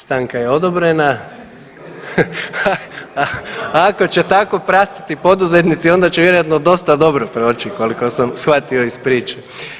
Stanka je odobrena, ako će tako pratiti poduzetnici onda će vjerojatno dosta dobro proći koliko sam shvatio iz priče.